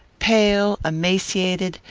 pale, emaciated,